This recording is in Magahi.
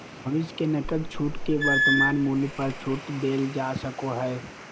भविष्य के नकद छूट के वर्तमान मूल्य पर छूट देल जा सको हइ